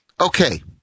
Okay